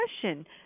question